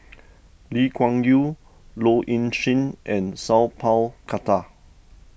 Lee Kuan Yew Low Ing Sing and Sat Pal Khattar